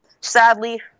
Sadly